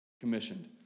commissioned